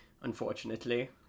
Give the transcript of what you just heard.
Unfortunately